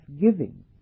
giving